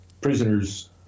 prisoners